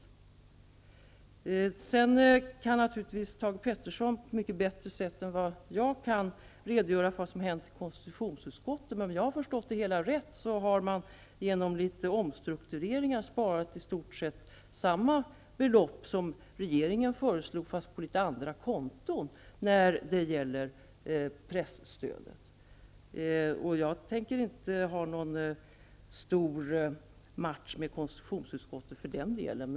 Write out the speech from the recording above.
Thage G Peterson kan naturligtvis mycket bättre än jag redogöra för vad som har hänt i konstitutionsutskottet, men om jag har förstått det hela rätt har man genom en del omstruktureringar sparat i stort sett samma belopp som regeringen föreslog när det gäller presstödet, fast på litet andra konton. Jag tänker inte ta någon stor match med konstitutionsutskottet för den saken.